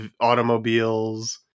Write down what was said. automobiles